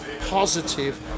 positive